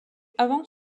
avant